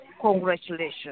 Congratulations